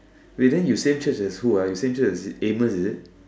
wait then you same Church as who you same Church as Amos is it